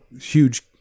huge